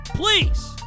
Please